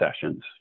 sessions